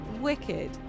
Wicked